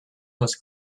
was